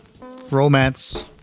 romance